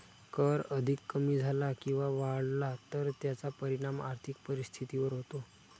कर अधिक कमी झाला किंवा वाढला तर त्याचा परिणाम आर्थिक परिस्थितीवर होतो